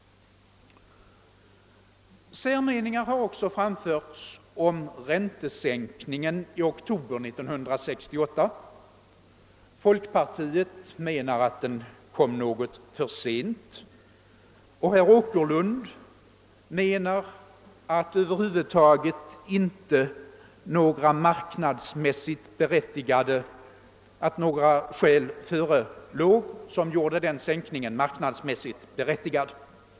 Särmeningar har också framförts om räntesänkningen i oktober 1968. Folkpartiet menar att den kom något för sent, och herr Åkerlund anser att det över huvud taget inte förelåg några skäl som gjorde den sänkningen marknadsmässigt berättigad.